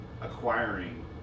acquiring